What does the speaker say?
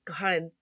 god